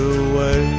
away